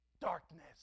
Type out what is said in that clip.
darkness